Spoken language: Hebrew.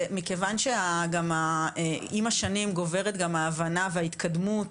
ומכיוון שעם השנים גוברת גם ההבנה וההתקדמות